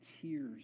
tears